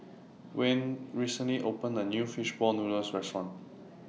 Wende recently opened A New Fish Ball Noodles Restaurant